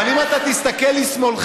אבל אם אתה תסתכל לשמאלך,